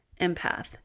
empath